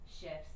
shifts